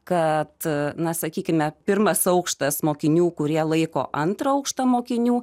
kad na sakykime pirmas aukštas mokinių kurie laiko antrą aukštą mokinių